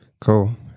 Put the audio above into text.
Cool